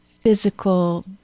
physical